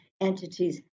entities